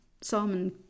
salmon